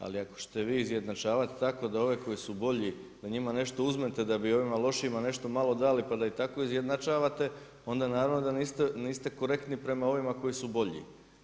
Ali ako ćete vi izjednačavati tako da ove koji su bolji da njima nešto uzmete da bi ovima lošijima nešto malo dali, pa da ih tako izjednačavate, onda naravno da niste korektni prema ovima koji su bolji.